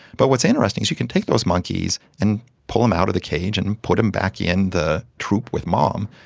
but what's interesting is you can take those monkeys and pull them out of the cage and put them back in the troop with mom,